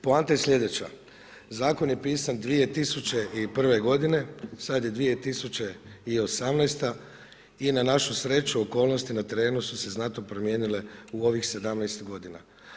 Poanta je sljedeća, zakon je pisan 2001. godine, sada je 2018. i na našu sreću okolnosti na terenu su se znatno promijenile u ovih 17 godina.